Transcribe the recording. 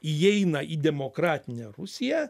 įeina į demokratinę rusiją